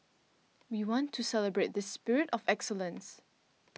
we want to celebrate this spirit of excellence